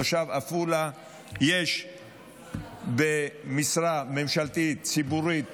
תושב עפולה, יש משרה ממשלתית ציבורית